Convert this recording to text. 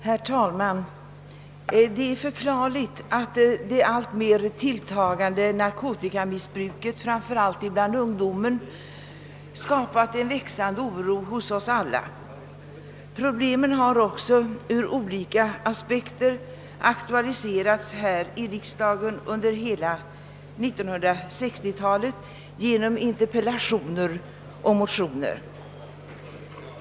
Herr talman! Det är förklarligt att det alltmer tilltagande narkotikamissbruket, framför allt bland ungdomen, skapat en växande oro hos oss alla. Problemen har också ur olika aspekter aktualiserats här i riksdagen under hela 1960-talet genom interpellationer och motioner.